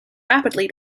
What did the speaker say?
rapidly